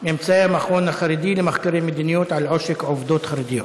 ממצאי המכון החרדי למחקרי מדיניות על עושק עובדות חרדיות,